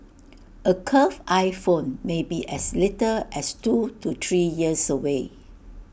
A curved iPhone may be as little as two to three years away